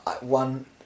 One